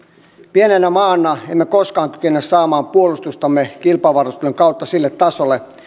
pienenä maana emme koskaan kykene saamaan puolustustamme kilpavarustelun kautta sille tasolle